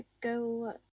go